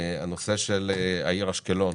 הנושא של העיר אשקלון